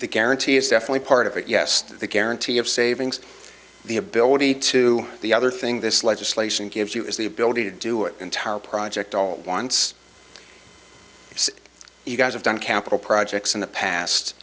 the guarantee is definitely part of it yes that the guarantee of savings the ability to the other thing this legislation gives you is the ability to do it entire project all it wants so you guys have done capital projects in the past